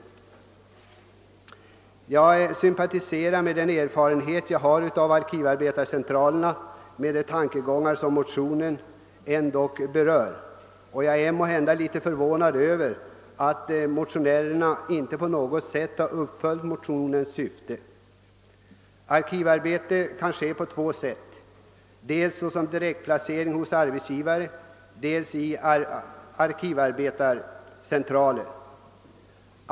Jag sympatiserar, på grund av den erfarenhet jag har av arkivarbetscentralerna, med de tankegångar som framförs i motionen, men jag är förvånad över att motionärerna inte på något sätt har följt upp motionens syfte. Arkivarbete kan ske på två sätt — dels som direktplacering hos arbetsgivare, dels i arkivarbetscentraler.